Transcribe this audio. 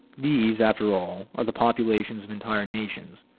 these, after all, are the populations of entire nations,